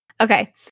Okay